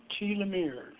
telomeres